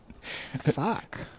Fuck